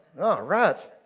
rats.